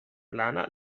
لعنت